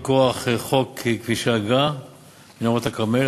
מנהרות הכרמל פועלות מכוח חוק כבישי האגרה (מנהרות הכרמל),